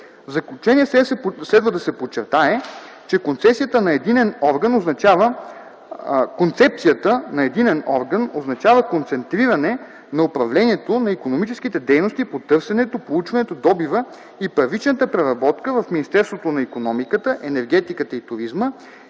заключение следва да се подчертае, че концепцията на единен орган означава концентриране на управлението на икономическите дейности по търсенето, проучването, добива и първичната преработка в Министерството на икономиката, енергетиката и туризма